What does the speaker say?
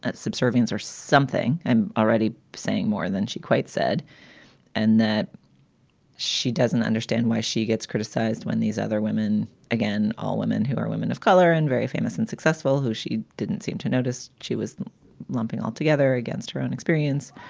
subservience or something. i'm already saying more than she quite said and that she doesn't understand why she gets criticized when these other women. again, all women who are women of color and very famous and successful, who she didn't seem to notice, she was lumping all together against her own experience.